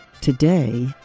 today